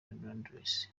londres